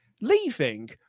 leaving